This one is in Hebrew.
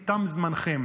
תם זמנכם.